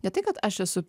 ne tai kad aš esu